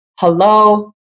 hello